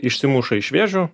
išsimuša iš vėžių